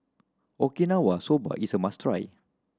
Okinawa Soba is a must try